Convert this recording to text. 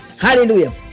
hallelujah